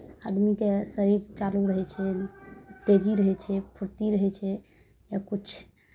आदमीके शरीर चालू रहै छै तेजी रहै छै फुर्ती रहै छै सभकिछु